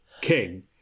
king